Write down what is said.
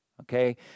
okay